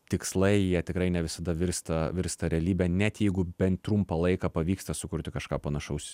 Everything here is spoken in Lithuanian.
tikslai jie tikrai ne visada virsta virsta realybe net jeigu bent trumpą laiką pavyksta sukurti kažką panašaus